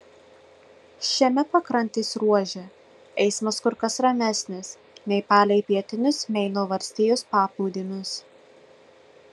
šiame pakrantės ruože eismas kur kas ramesnis nei palei pietinius meino valstijos paplūdimius